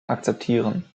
akzeptieren